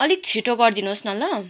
अलिक छिटो गरिदिनुहोस् न ल